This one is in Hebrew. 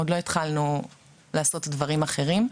עוד לא התחלנו לעשות דברים אחרים.